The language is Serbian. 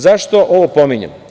Zašto ovo pominjem?